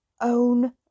own